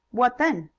what then?